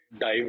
dive